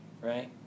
right